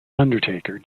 undertaker